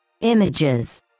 images